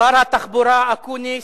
שר התחבורה, אקוניס,